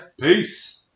Peace